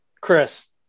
Chris